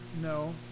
no